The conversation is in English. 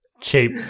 cheap